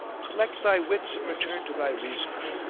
collect thy wits and return to thy reason!